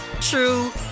true